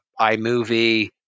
iMovie